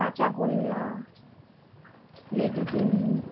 কাঁচাগোল্লা লেডিকেনি